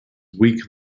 weaker